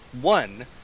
One